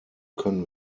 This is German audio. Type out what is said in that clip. können